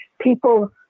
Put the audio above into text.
people